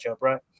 right